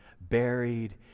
Buried